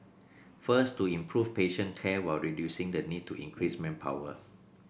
first to improve patient care while reducing the need to increase manpower